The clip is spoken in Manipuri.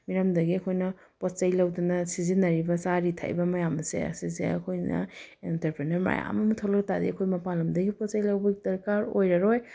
ꯃꯤꯔꯝꯗꯒꯤ ꯑꯩꯈꯣꯏꯅ ꯄꯣꯠ ꯆꯩ ꯂꯧꯗꯅ ꯁꯤꯖꯤꯟꯅꯔꯤꯕ ꯆꯥꯔꯤ ꯊꯛꯏꯕ ꯃꯌꯥꯝ ꯑꯁꯦ ꯑꯁꯤꯁꯦ ꯑꯩꯈꯣꯏꯅ ꯏꯟꯇꯔꯄ꯭ꯔꯦꯅꯔ ꯃꯌꯥꯝ ꯑꯃ ꯊꯣꯛꯂꯛꯇꯥꯔꯗꯤ ꯑꯩꯈꯣꯏ ꯃꯄꯥꯜ ꯂꯝꯗꯒꯤ ꯄꯣꯠ ꯆꯩ ꯂꯧꯕ ꯗꯔꯀꯥꯔ ꯑꯣꯏꯔꯔꯣꯏ